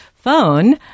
phone